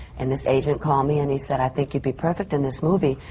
and this agent called me and he said, i think you'd be perfect in this movie.